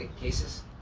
cases